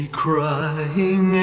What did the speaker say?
crying